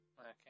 Okay